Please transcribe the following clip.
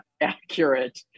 accurate